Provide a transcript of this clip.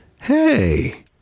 hey